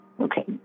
okay